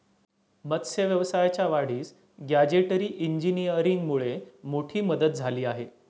मत्स्य व्यवसायाच्या वाढीस गॅजेटरी इंजिनीअरिंगमुळे मोठी मदत झाली आहे